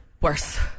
Worse